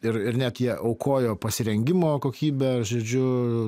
ir ir net jie aukojo pasirengimo kokybę žodžiu